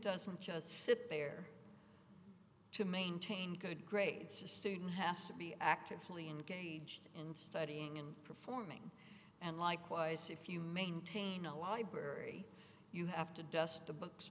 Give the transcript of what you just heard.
doesn't just sit there to maintain good grades a student has to be actively engaged in studying and performing and likewise if you maintain a library you have to dust the books